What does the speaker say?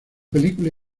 película